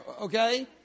Okay